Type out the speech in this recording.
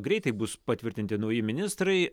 greitai bus patvirtinti nauji ministrai